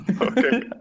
Okay